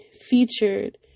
featured